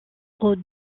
aux